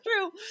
true